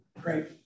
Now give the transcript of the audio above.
Great